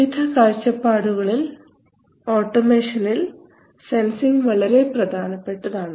വിവിധ കാഴ്ചപ്പാടുകളിൽ ഓട്ടോമേഷനിൽ സെൻസിംഗ് വളരെ പ്രധാനപ്പെട്ടതാണ്